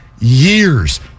years